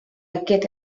aqueix